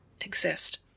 exist